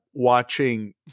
watching